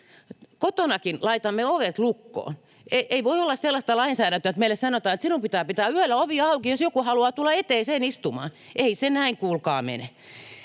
Kotonakin laitamme ovet lukkoon. Ei voi olla sellaista lainsäädäntöä, että meille sanotaan, että sinun pitää pitää yöllä ovi auki, jos joku haluaa tulla eteiseen istumaan. Ei se näin kuulkaa mene,